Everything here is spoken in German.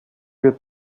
wir